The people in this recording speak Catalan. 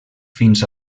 fins